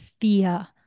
fear